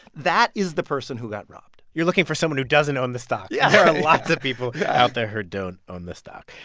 that is the person who got robbed you're looking for someone who doesn't own the stock yeah there are lots of people yeah out there who don't own the stock.